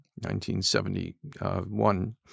1971